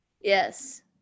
Yes